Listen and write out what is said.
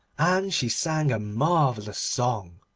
and she sang a marvellous song.